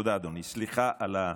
תודה אדוני, סליחה על האריכות.